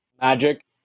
Magic